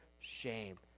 shame